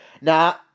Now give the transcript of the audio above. Now